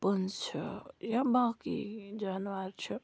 پٔنٛز چھِ یا باقٕے جانوار چھِ